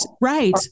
right